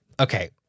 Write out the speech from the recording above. okay